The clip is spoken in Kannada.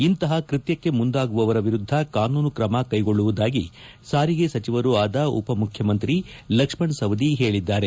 ಇಂತಪ ಕೃಶ್ಯಕ್ಕೆ ಮುಂದಾಗುವವರ ವಿರುದ್ಧ ಕಾನೂನು ಕ್ರಮ ಕೈಗೊಳ್ಳುವುದಾಗಿ ಸಾರಿಗೆ ಸಚಿವರೂ ಆದ ಉಪಮುಖ್ಯಮಂತ್ರಿ ಲಕ್ಷ್ಮಣ ಸವದಿ ಹೇಳಿದ್ದಾರೆ